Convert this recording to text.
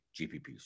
GPPs